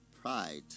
pride